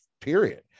period